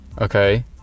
okay